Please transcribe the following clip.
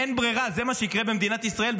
אין ברירה, זה מה שיקרה במדינת ישראל.